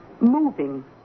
moving